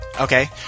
Okay